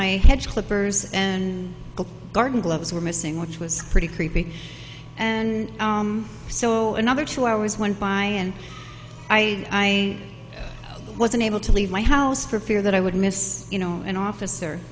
my hedge clippers and garden gloves were missing which was pretty creepy and so another two hours went by and i was unable to leave my house for fear that i would miss an officer